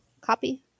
copy